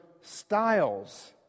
Styles